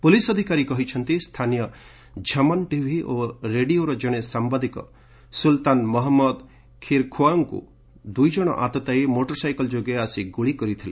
police ଅଧିକାରୀ କହିଛନ୍ତି ସ୍ଥାନୀୟ ଝମନ୍ ଟିଭି ଓ ରେଡିଓର ଜଣେ ସାମ୍ଭାଦିକ ସୁଲ୍ତାନ ମହମ୍ମଦ ଖୀରଖୋୱାଙ୍କୁ ଦୁଇଜଣ ଆତତାୟୀ ମୋଟରସାଇକେଲ ଯୋଗେ ଆସି ଗ୍ରଳି କରିଥିଲେ